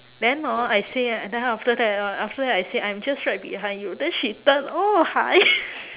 then hor I say ah then after that ah after that I said I'm just right behind you then she turn oh hi